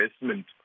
investment